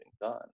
done